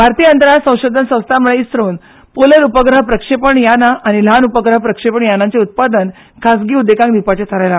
भारतीय अंतराळ संशोधन संस्था म्हळ्यार इख्रोन पोलर उपग्रह प्रक्षेपण यानां आनी ल्हान उपग्रह प्रक्षेपण यानांचे उत्पादन खासगी उद्देगांक दिवपाचे थारायला